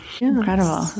Incredible